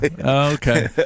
Okay